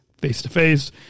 face-to-face